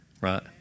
right